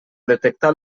detectar